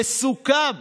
וסוכם